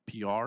PR